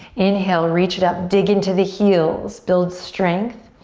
inhale, reach it up. dig into the heels. build strength.